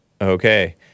Okay